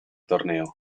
torneo